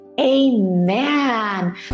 Amen